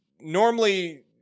normally